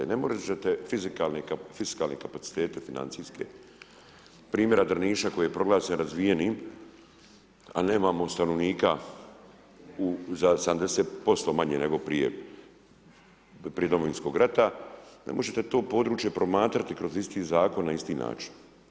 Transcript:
I ne možete fiskalne kapacitete financijske primjera Drniša koji je proglašen razvijenim, a nemamo stanovnika za 70% manje nego prije Domovinskog rata, ne možete to područje promatrati kroz isti zakon, na isti način.